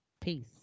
Peace